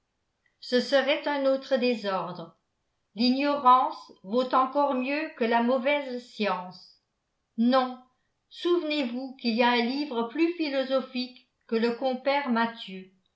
ce serait un autre désordre l'ignorance vaut encore mieux que la mauvaise science non souvenez-vous qu'il y a un livre plus philosophique que le compère